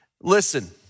Listen